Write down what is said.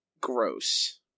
Gross